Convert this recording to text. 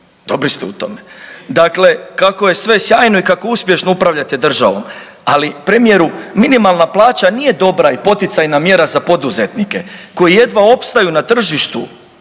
dobri ste u tome, dakle kako je sve sjajno i kako uspješno upravljate državom. Ali premijeru minimalna plaća nije dobra i poticajna mjera za poduzetnike koji jedva opstaju na tržištu,